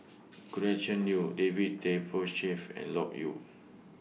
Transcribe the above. Gretchen Liu David Tay Poey Cher of and Loke Yew